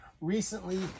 Recently